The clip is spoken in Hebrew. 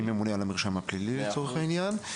אני ממונה על המרשם הפלילי, לצורך העניין.